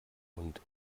und